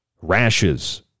Rashes